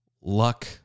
Luck